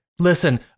Listen